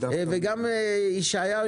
ישעיהו,